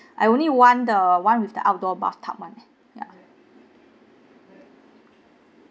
I only want the one with the outdoor bathtub [one] yup